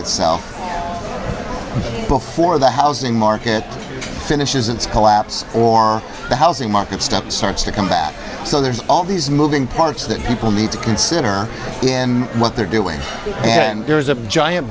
itself before the housing market finishes its collapse or the housing market stuff starts to come back so there's all these moving parts that people need to consider what they're doing and there's a giant